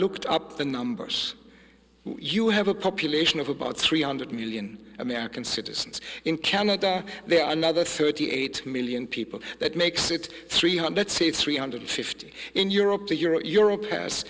looked up the numbers you have a population of about three hundred million american citizens in canada there are another thirty eight million people that makes it three hundred c three hundred fifty in europe to your europe has